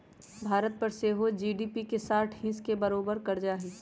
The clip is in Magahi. भारत पर सेहो जी.डी.पी के साठ हिस् के बरोबर कर्जा हइ